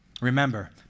Remember